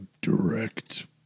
direct